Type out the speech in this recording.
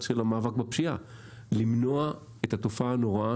בזווית של המאבק בפשיעה למנוע את התופעה הנוראה